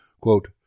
Quote